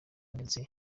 ndetse